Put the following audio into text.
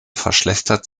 verschlechtert